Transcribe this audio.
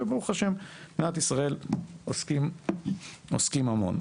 וברוך השם במדינת ישראל עוסקים המון.